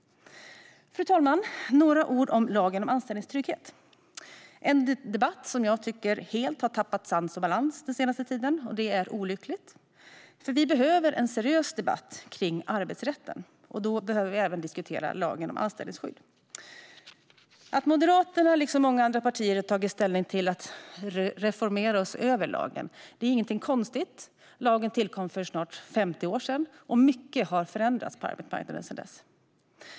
Fru talman! Jag vill säga några ord om lagen om anställningstrygghet. Detta är en debatt som jag tycker helt har tappat sans och balans den senaste tiden, vilket är olyckligt. Vi behöver en seriös debatt om arbetsrätten, och då behöver vi även diskutera lagen om anställningsskydd. Att Moderaterna liksom många andra partier har tagit ställning för att reformera och se över lagen är ingenting konstigt. Lagen tillkom för snart 50 år sedan, och mycket har förändrats på arbetsmarknaden sedan dess.